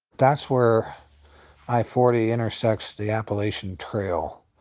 that's where i forty intersects the appalachian trail.